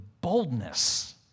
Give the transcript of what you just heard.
boldness